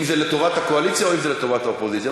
אם לטובת הקואליציה או לטובת האופוזיציה.